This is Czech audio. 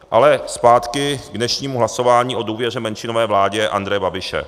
Ale zpátky k dnešnímu hlasování o důvěře menšinové vládě Andreje Babiše.